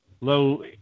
low